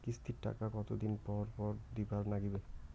কিস্তির টাকা কতোদিন পর পর দিবার নাগিবে?